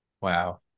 wow